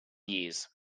years